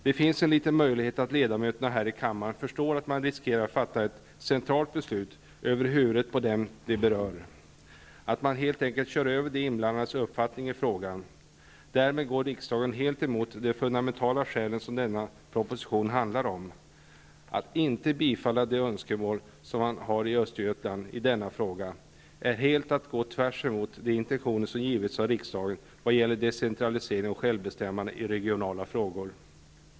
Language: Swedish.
Det finns en liten möjlighet att ledamöterna här i kammaren förstår att man riskerar att fatta ett centralt beslut över huvudet på dem det berör, att man helt enkelt kör över de inblandades uppfattning i frågan. Därmed går riksdagen helt emot de fundamentala skäl som anförs i denna proposition. Att inte bevilja de önskemål som man har i Östergötland i denna fråga är att gå tvärsemot de intentioner som givits av riksdagen vad gäller decentralisering och självbestämmande i regionala frågor.